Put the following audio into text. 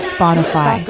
Spotify